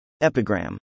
Epigram